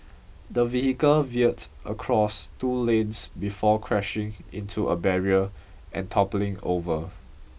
the vehicle veered across two lanes before crashing into a barrier and toppling over